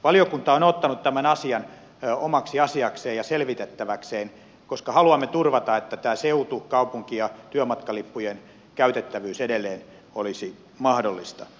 valiokunta on ottanut tämän asian omaksi asiakseen ja selvitettäväkseen koska haluamme turvata että tämä seutu kaupunki ja työmatkalippujen käytettävyys edelleen olisi mahdollista